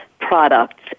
products